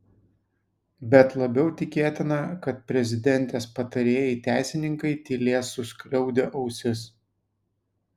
bet labiau tikėtina kad prezidentės patarėjai teisininkai tylės suskliaudę ausis